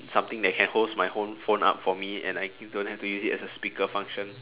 something that can holds my phone phone up for me and I don't have to use it as a speaker function